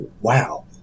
Wow